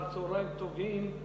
אחר-צהריים טובים.